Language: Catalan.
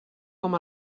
com